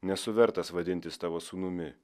nesu vertas vadintis tavo sūnumi